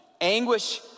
anguish